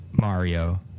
Mario